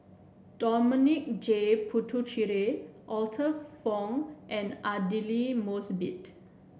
Dominic J Puthucheary Arthur Fong and Aidli Mosbit